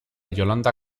yolanda